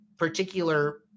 particular